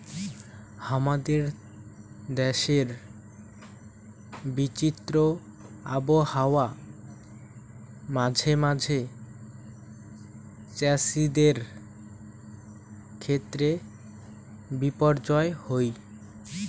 হামাদের দেশের বিচিত্র আবহাওয়া মাঝে মাঝে চ্যাসিদের ক্ষেত্রে বিপর্যয় হই